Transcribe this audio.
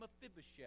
Mephibosheth